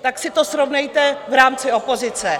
Tak si to srovnejte v rámci opozice.